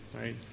right